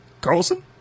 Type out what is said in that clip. Carlson